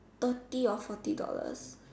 thirty or forty dollars